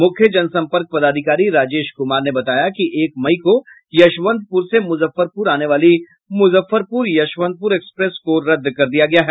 मुख्य जनसंपर्क पदाधिकारी राजेश कुमार ने बताया कि एक मई को यशवंतपुर से मुजफ्फरपुर आने वाली मुजफ्फरपुर यशवंतपुर एक्सप्रेस को रद्द कर दिया गया है